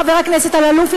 חבר הכנסת אלאלוף,